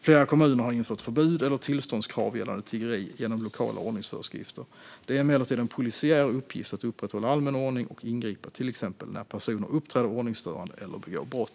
Flera kommuner har infört förbud eller tillståndskrav gällande tiggeri genom lokala ordningsföreskrifter. Det är emellertid en polisiär uppgift att upprätthålla allmän ordning och ingripa till exempel när personer uppträder ordningsstörande eller begår brott.